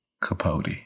Capote